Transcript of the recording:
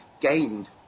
gained